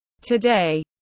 Today